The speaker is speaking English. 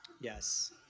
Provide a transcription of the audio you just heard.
Yes